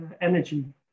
energy